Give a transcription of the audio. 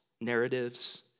narratives